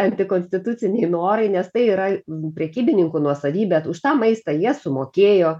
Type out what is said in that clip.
antikonstituciniai norai nes tai yra prekybininkų nuosavybė už tą maistą jie sumokėjo